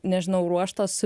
nežinau ruoštas su